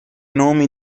nomi